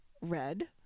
red